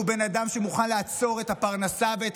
כי הוא בן אדם שמוכן לעצור את הפרנסה ואת